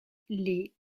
les